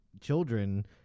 children